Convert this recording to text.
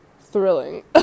Thrilling